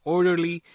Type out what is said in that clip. Orderly